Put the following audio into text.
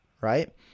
right